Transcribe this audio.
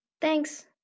Thanks